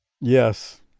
yes